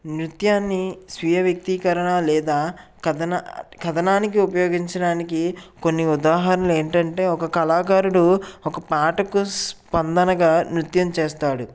నృత్యాన్ని స్వీయవ్యక్తీకరణ లేదా కథన కథనానికి ఉపయోగించడానికి కొన్ని ఉదాహరణలు ఏంటంటే ఒక కళాకారుడు ఒక పాటకు స్పందనగా నృత్యం చేస్తాడు